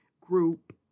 group